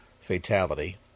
fatality